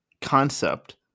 concept